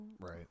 Right